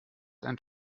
and